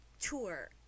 tour